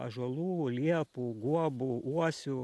ąžuolų liepų guobų uosių